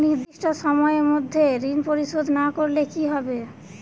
নির্দিষ্ট সময়ে মধ্যে ঋণ পরিশোধ না করলে কি হবে?